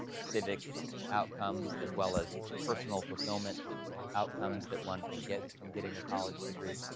civic outcomes. as well as personal fulfilment outcomes that one can get from getting a college degree.